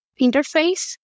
interface